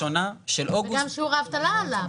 וגם שיעור האבטלה עלה.